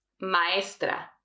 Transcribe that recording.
maestra